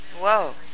Whoa